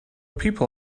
people